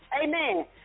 Amen